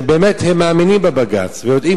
שהם מאמינים בבג"ץ ויודעים,